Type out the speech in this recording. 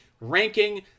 ranking